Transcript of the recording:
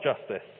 justice